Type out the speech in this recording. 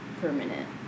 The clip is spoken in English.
permanent